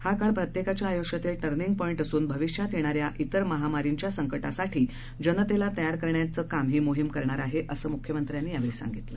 हा काळ प्रत्येकाच्या आयुष्यातील टर्निंग पॉईंट असून भविष्यात येणाऱ्या विर महामारींच्या संकटांसाठी जनतेला तयार करण्याचे काम ही मोहिम करणार आहे असं यावेळी मुख्यमंत्र्यांनी सांगितलं